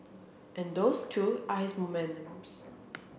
and those too are his monuments